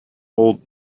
old